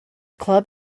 club